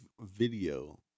video